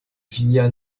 villa